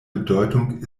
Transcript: bedeutung